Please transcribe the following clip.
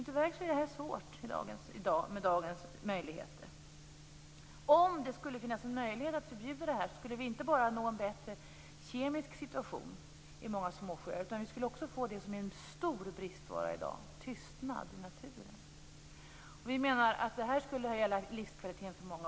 Tyvärr är det med dagens möjligheter svårt att införa ett förbud. Om det skulle finnas möjlighet att förbjuda den här trafiken skulle vi inte bara nå en bättre kemisk situation i många småsjöar, utan vi skulle också få det som är en stor bristvara i dag, nämligen tystnad i naturen. Det skulle höja livskvaliteten för många.